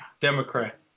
Democrat